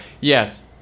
yes